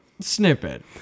snippet